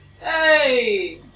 Hey